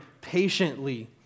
patiently